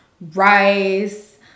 rice